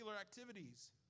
activities